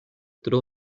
tro